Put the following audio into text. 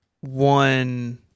one